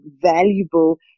valuable